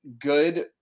good